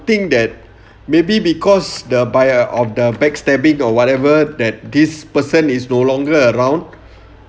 think that maybe because the by ah of the backstabbing or whatever that this person is no longer around